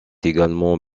également